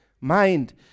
mind